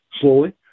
slowly